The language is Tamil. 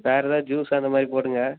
வேறு எதாவது ஜூஸ் அந்த மாதிரி போடுங்க